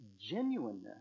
genuineness